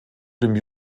dem